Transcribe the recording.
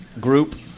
group